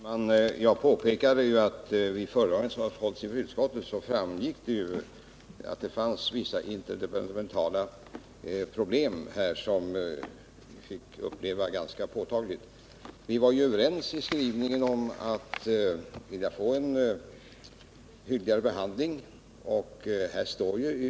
Herr talman! Jag påpekade att det av den föredragning som hållits i utskottet framgick att det fanns vissa interdepartementala problem som upplevdes på ett ganska påtagligt sätt. Vi var ju vid skrivningen överens om en hyggligare behandling.